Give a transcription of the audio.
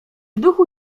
duchu